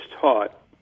taught